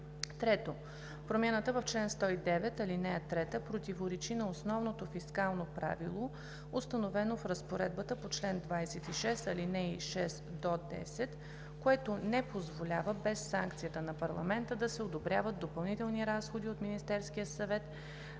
3. Промяната в чл. 109, ал. 3 противоречи на основното фискално правило, установено в разпоредбата на чл. 26, ал. 6 – 10, което не позволява без санкцията на парламента да се одобряват допълнителни разходи от Министерския съвет